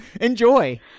Enjoy